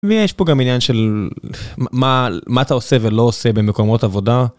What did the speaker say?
ויש פה גם עניין של מה אתה עושה ולא עושה במקומות עבודה.